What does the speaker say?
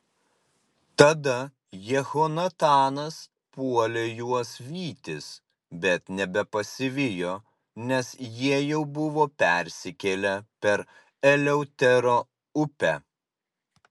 tada jehonatanas puolė juos vytis bet nebepasivijo nes jie jau buvo persikėlę per eleutero upę